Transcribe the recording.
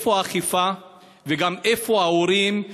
איפה האכיפה ואיפה ההורים,